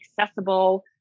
accessible